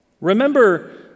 Remember